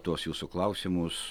tuos jūsų klausimus